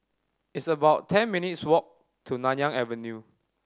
it's about ten minutes' walk to Nanyang Avenue